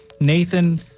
Nathan